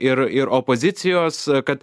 ir ir opozicijos kad